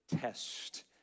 test